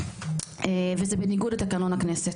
וזה בניגוד לתקנון הכנסת.